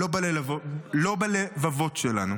לא בלבבות שלנו.